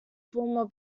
former